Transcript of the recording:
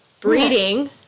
breeding